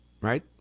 Right